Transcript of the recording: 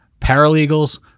paralegals